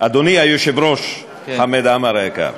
אדוני היושב-ראש, חמד עמאר היקר,